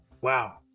wow